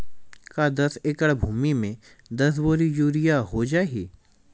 का दस एकड़ भुमि में दस बोरी यूरिया हो जाही?